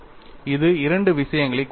அது இரண்டு விஷயங்களைக் குறிக்கிறது